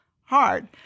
hard